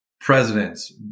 presidents